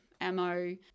ammo